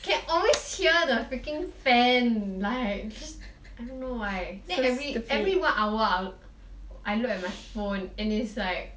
can always hear the freaking fan like just I don't know why then every every one hour I will I look at my phone and it's like